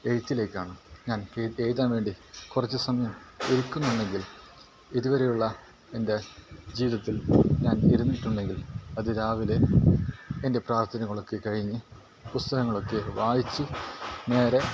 എഴുത്തിലേക്കാണ് ഞാൻ എഴുതാൻ വേണ്ടി കുറച്ച് സമയം ഇരിക്കുന്നുണ്ടെങ്കിൽ ഇതുവരെയുള്ള എൻ്റെ ജീവിതത്തിൽ ഞാൻ ഇരുന്നിട്ടുണ്ടെങ്കിൽ അതി രാവിലെ എൻ്റെ പ്രാർഥനകളൊക്കെ കഴിഞ്ഞ് പുസ്തകങ്ങളൊക്കെ വായിച്ച് നേരെ